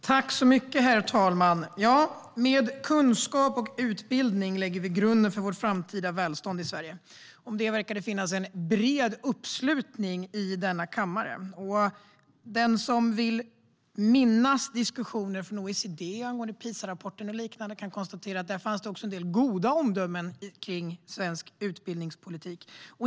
Herr talman! Med kunskap och utbildning lägger vi grunden för vårt framtida välstånd i Sverige. Kring detta verkar det finnas bred uppslutning i denna kammare. Den som minns diskussionen från OECD om PISA-rapporten och liknande vet att det också fanns en del goda omdömen om svensk utbildningspolitik.